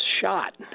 shot